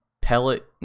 pellet